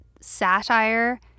satire